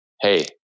Hey